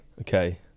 Okay